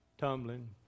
tumbling